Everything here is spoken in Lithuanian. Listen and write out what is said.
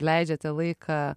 leidžiate laiką